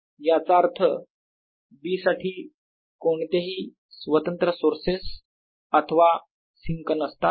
याचा अर्थ B साठी कोणतेही स्वतंत्र सोर्सेस अथवा सिंक नसतात